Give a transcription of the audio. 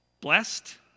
Blessed